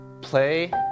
play